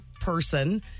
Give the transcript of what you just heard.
person –